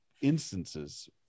instances